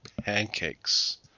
pancakes